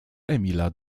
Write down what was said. emila